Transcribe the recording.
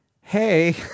hey